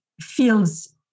feels